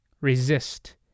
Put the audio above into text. Resist